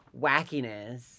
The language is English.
wackiness